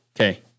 Okay